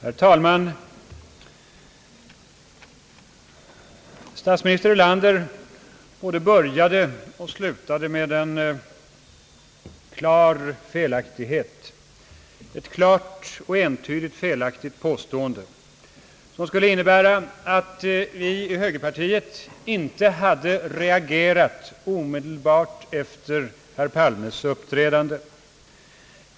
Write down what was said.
Herr talman! Statsminister Erlander både började och slutade sitt anförande med en klar felaktighet, ett klart och entydigt felaktigt påstående att vi i högerpartiet inte hade reagerat omedel bart efter herr Palmes uppträdande.